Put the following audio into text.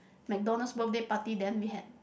McDonald's birthday party then we had